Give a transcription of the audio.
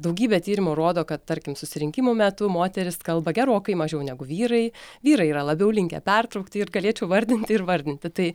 daugybė tyrimų rodo kad tarkim susirinkimų metu moterys kalba gerokai mažiau negu vyrai vyrai yra labiau linkę pertraukti ir galėčiau vardinti ir vardinti tai